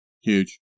Huge